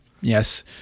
yes